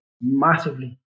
massively